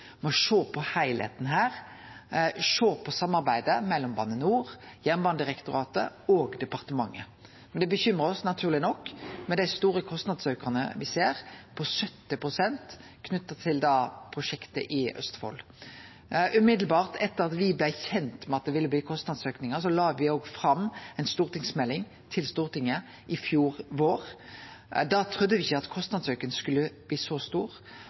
sjå på heilskapen, sjå på samarbeidet mellom Bane NOR, Jernbanedirektoratet og departementet. Det bekymrar oss naturleg nok med dei store kostnadsaukane me ser, på 70 pst., knytte til prosjektet i Østfold. Med ein gong me blei kjende med at det ville bli kostnadsaukar, la me fram ei melding til Stortinget, i fjor vår. Da trudde me ikkje at kostnadsauken skulle bli så stor.